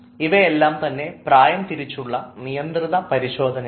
ഇവയെല്ലാംതന്നെ പ്രായം തിരിച്ചുള്ള നിയന്ത്രിത പരിശോധനയാണ്